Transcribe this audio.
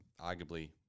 arguably